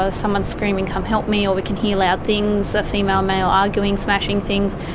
ah someone's screaming, come help me or, we can hear loud things, a female male arguing, smashing things.